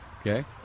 Okay